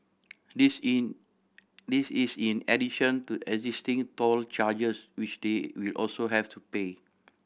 this in this is in addition to existing toll charges which they will also have to pay